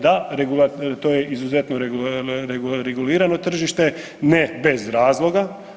Da, to je izuzetno regulirano tržište, ne bez razloga.